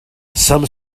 some